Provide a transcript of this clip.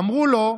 אמרו לו: